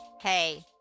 Hey